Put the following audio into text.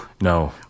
No